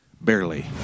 barely